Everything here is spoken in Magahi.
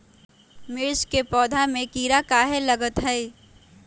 मिर्च के पौधा में किरा कहे लगतहै?